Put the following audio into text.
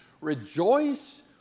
Rejoice